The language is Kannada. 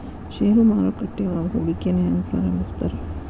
ಷೇರು ಮಾರುಕಟ್ಟೆಯೊಳಗ ಹೂಡಿಕೆನ ಹೆಂಗ ಪ್ರಾರಂಭಿಸ್ತಾರ